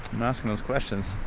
i'm asking those questions.